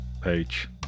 page